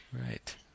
Right